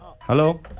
hello